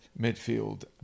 midfield